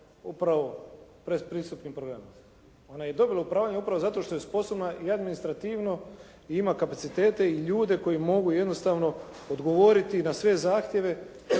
upravo predpristupnim programima. Ona je dobila upravljanje upravo zato što je sposobna i administrativno i ima kapacitete i ljude koji mogu jednostavno odgovoriti na sve zahtjeve